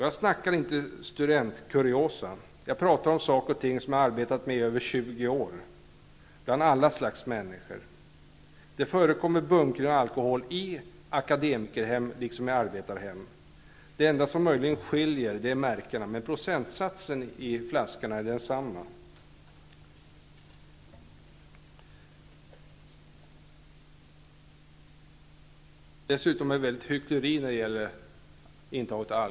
Jag talar inte om studentkuriosa, utan om någonting som jag under 20 år har arbetat med bland alla slags människor. Det förekommer missbruk av alkohol i såväl akademikerhem som arbetarhem. Det enda som möjligen skiljer är märkena, men procentsatsen i spriten är densamma. Dessutom förekommer det väldigt mycket hyckleri när det gäller alkohol.